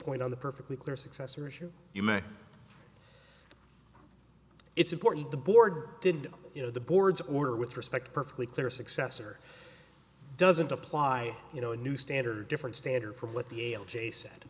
point on the perfectly clear successor issue you marc it's important the board did you know the board's order with respect perfectly clear successor doesn't apply you know a new standard different standard for what the ale jay said